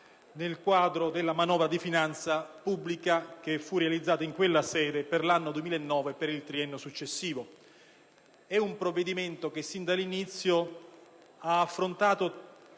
nel quadro della manovra di finanza pubblica per l'anno 2009 e per il triennio successivo. È un provvedimento che sin dall'inizio ha affrontato